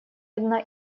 одна